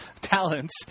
Talents